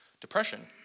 depression